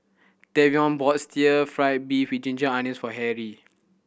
Tavion bought stir fried beef with ginger onions for Harry